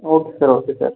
okay sir okay sir